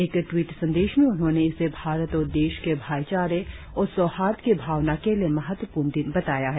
एक ट्वीट संदेश में उन्होंने इसे भारत और देश के भाईचारे और सौहार्द की भावना के लिए महत्वपूर्ण दिन बताया है